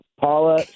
Paula